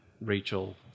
Rachel